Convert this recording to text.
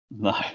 No